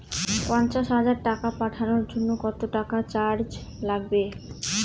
পণ্চাশ হাজার টাকা পাঠানোর জন্য কত টাকা চার্জ লাগবে?